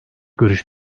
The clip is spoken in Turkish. görüş